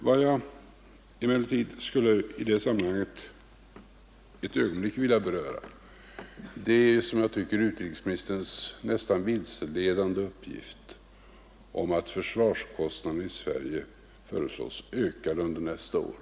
Vad jag emellertid i sammanhanget ett ögonblick skulle vilja beröra är utrikesministerns — som jag tycker — nästan vilseledande uppgift om att försvarskostnaderna i Sverige föreslås ökade under nästa år.